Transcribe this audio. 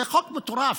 זה חוק מטורף,